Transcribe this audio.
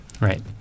right